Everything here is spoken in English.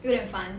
有点烦